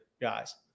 guys